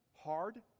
hard